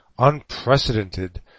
unprecedented